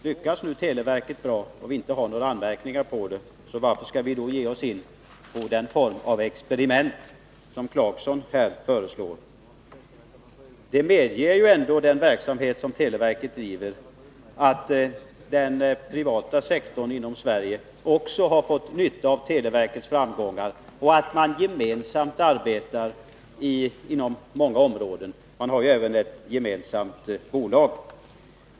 Om televerket lyckas bra och vi inte har några anmärkningar att rikta mot det, varför skall vi då ge oss in på den form av experiment som Rolf Clarkson här föreslår? Den verksamhet som televerket bedriver har medgivit att också den privata sektorn inom Sverige har fått nytta av televerkets framgångar. Och man arbetar gemensamt inom många områden — man har ju även ett gemensamt bolag.